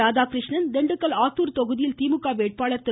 ராதாகிருஷ்ணன் திண்டுக்கல் ஆத்தூர் தொகுதியில் திமுக வேட்பாளர் திரு